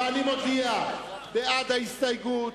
ואני מודיע: "בעד ההסתייגות"